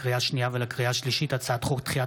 לקריאה שנייה ולקריאה שלישית: